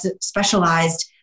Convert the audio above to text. specialized